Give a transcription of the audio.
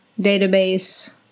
database